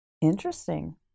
Interesting